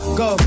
go